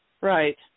Right